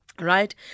Right